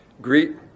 greet